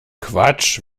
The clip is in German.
quatsch